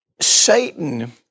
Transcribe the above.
Satan